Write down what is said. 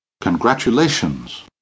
Congratulations